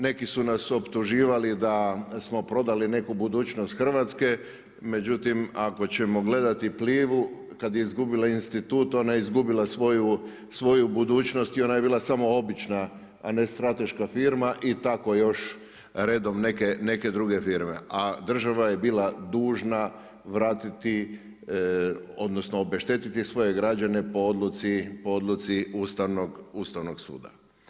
Neki su nas optuživali da smo prodali neku budućnost Hrvatske, međutim ako ćemo gledati Plivu kad je izgubila institut ona je izgubila svoju budućnost i ona je bila samo obična, a ne strateška firma i tako još redom neke druge firme, a država je bila dužna vratiti odnosno obešteti svoje građane po odluci Ustavnog suda.